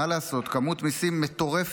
מה לעשות, כמות המיסים מטורפת.